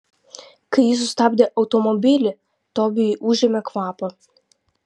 kai ji sustabdė automobilį tobijui užėmė kvapą